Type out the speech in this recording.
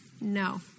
no